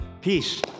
Peace